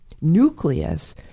nucleus